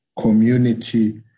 community